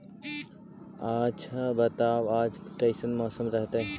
आच्छा बताब आज कैसन मौसम रहतैय?